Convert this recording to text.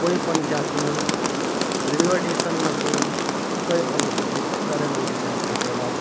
કોઈપણ જાતનું railway station નહોતું કે કંઈપણ નથી પણ અત્યારે મોદી સાહેબના કેવા